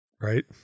right